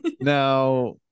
now